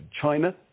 China